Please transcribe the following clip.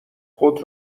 خود